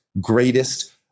greatest